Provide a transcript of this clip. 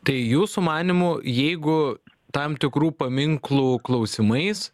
tai jūsų manymu jeigu tam tikrų paminklų klausimais